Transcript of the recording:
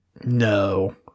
no